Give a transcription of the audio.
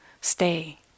stay